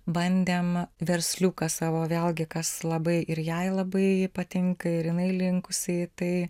bandėm versliuką savo vėlgi kas labai ir jai labai patinka ir jinai linkusi į tai